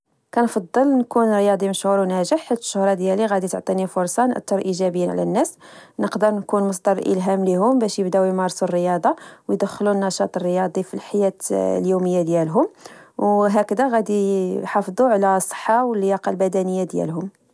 كنفضل نكون رياضي مشهور وناجح، حيت الشهرة ديالي غدي تعطيني فرصة نأثر إيجابياً على الناس. نقدر نكون مصدر إلهام ليهم باش يبداو يمارسو الرياضة، ويدخلو النشاط البدني فالحياة اليومية ديالهم. ، وهكذا غدي يحافظو على الصحة ولياقتهم البدنية.